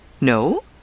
No